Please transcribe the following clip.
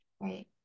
Right